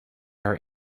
are